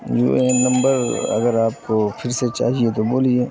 you A N number اگر آپ کو پھر سے چاہیے تو بولیے